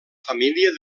família